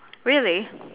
really